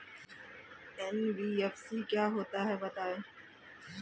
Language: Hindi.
एन.बी.एफ.सी क्या होता है बताएँ?